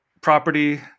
property